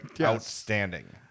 outstanding